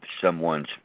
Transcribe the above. someone's